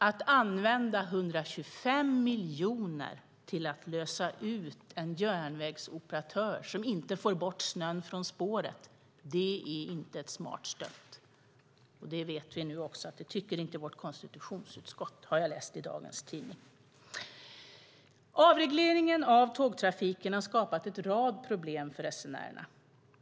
Att använda 125 miljoner till att lösa ut en järnvägsoperatör som inte får bort snön från spåret är inte ett smart stöd. Det vet vi nu att också vårt konstitutionsutskott håller med om, har jag läst i dagens tidning. Avregleringen av tågtrafiken har skapat en rad problem för resenärerna.